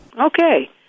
Okay